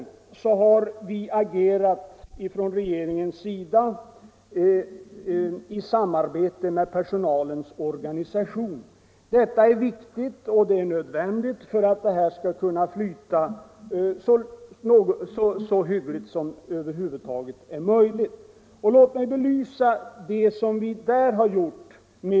Från regeringens sida har vi också hela tiden agerat i samarbete med personalens organisationer. Detta är viktigt och nödvändigt för att omställningen skall kunna genomföras så hyggligt som möjligt. Låt mig här med några konkreta exempel belysa vad vi där har gjort.